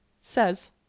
says